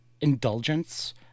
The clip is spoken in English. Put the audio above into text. indulgence